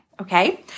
okay